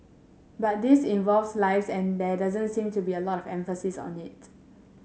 but this involves lives and there doesn't seem to be a lot of emphasis on it